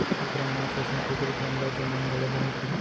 कुकरा मांस असन कुकरी के अंडा के मांग घलौ बहुत हे